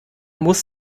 muss